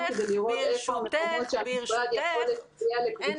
כדי לראות איפה המקומות שהמשרד יכול --- עפרה,